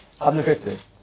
150